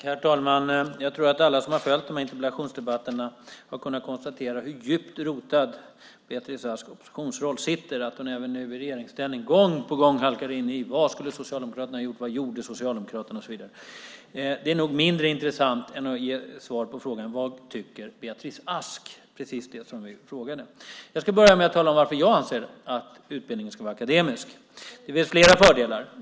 Herr talman! Jag tror att alla som har följt dessa interpellationsdebatter har kunnat konstatera hur djupt rotad Beatrice Asks oppositionsroll sitter när hon även nu i regeringsställning gång på gång halkar in på vad Socialdemokraterna skulle ha gjort, vad Socialdemokraterna gjorde och så vidare. Det är nog mindre intressant än att ge svar på frågan vad Beatrice Ask tycker, vilket var precis vad vi frågade efter. Jag ska börja med att tala om varför jag anser att utbildningen ska vara akademisk. Det finns flera fördelar.